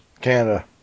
Canada